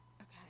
okay